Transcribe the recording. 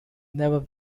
never